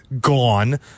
gone